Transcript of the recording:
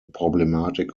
problematik